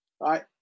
right